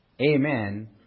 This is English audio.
Amen